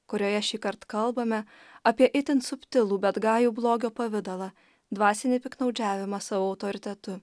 kurioje šįkart kalbame apie itin subtilų bet gajų blogio pavidalą dvasinį piktnaudžiavimą savo autoritetu